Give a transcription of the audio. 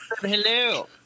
hello